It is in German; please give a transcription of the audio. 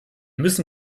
müssen